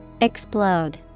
Explode